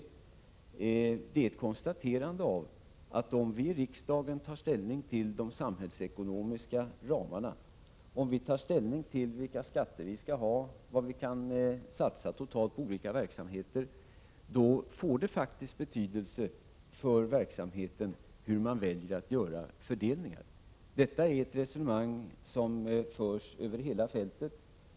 Det är bara ett konstaterande av att det om riksdagen tar ställning till de samhällsekonomiska ramarna — vilka skatter vi skall ha, vad vi kan satsa totalt på olika verksamheter — faktiskt får betydelse för verksamheten hur man väljer att göra fördelningar. Detta resonemang förs över hela fältet.